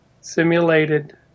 simulated